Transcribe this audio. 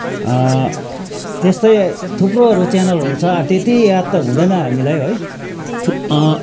त्यस्तै थुप्रोहरू च्यानलहरू छ त्यति याद त हुँदैन हामीलाई है थुप